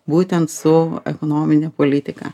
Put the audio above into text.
būtent su ekonomine politika